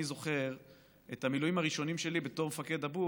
אני זוכר את המילואים הראשונים שלי בתור מפקד דבור.